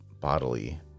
bodily